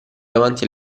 davanti